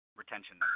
retention